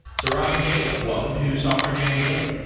saurav and jacob, welcome to software engineering daily